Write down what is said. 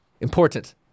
important